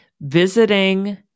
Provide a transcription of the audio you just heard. visiting